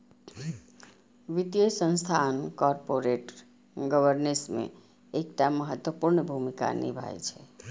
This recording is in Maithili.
वित्तीय संस्थान कॉरपोरेट गवर्नेंस मे एकटा महत्वपूर्ण भूमिका निभाबै छै